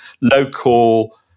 local